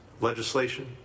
legislation